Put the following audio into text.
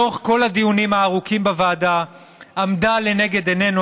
לאורך כל הדיונים הארוכים בוועדה עמדה לנגד עינינו,